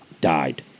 Died